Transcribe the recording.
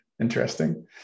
Interesting